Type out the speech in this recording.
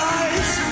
eyes